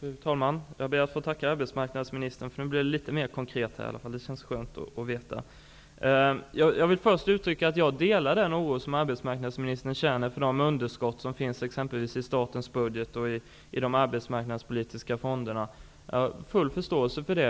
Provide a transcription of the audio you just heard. Fru talman! Jag ber att få tacka arbetsmarknadsministern, för nu blev det litet mer konkret. Det känns skönt att veta detta. Jag delar den oro som arbetsmarknadsministern känner för de underskott som finns exempelvis i statens budget och i de arbetsmarknadspolitiska fonderna. Jag har full förståelse för den.